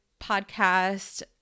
podcast